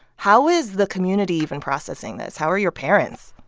how is the community even processing this? how are your parents?